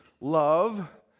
love